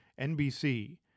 NBC